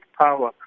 power